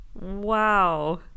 Wow